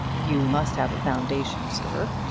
you must have a foundation, sir.